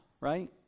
right